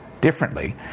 differently